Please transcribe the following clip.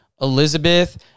Elizabeth